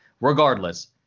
regardless